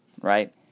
right